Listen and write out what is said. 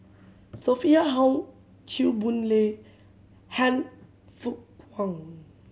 Sophia Hull Chew Boon Lay Han Fook Kwang